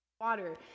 Water